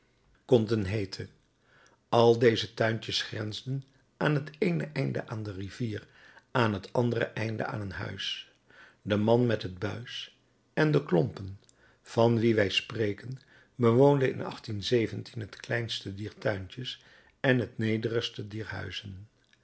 konden heeten al deze tuintjes grensden aan het eene einde aan de rivier aan t andere einde aan een huis de man met het buis en de klompen van wien wij spreken bewoonde in het kleinste dier tuintjes en het nederigste dier huizen